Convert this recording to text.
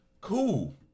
Cool